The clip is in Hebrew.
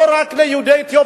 לא רק על יהודי אתיופיה,